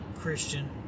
Christian